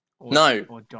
No